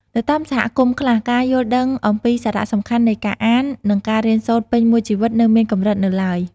នៅតាមសហគមន៍ខ្លះ ការយល់ដឹងអំពីសារៈសំខាន់នៃការអាន និងការរៀនសូត្រពេញមួយជីវិតនៅមានកម្រិតនៅឡើយ។